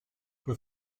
who